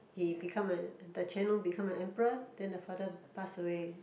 he become a the Quan-Long become an emperor then the father pass away